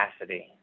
capacity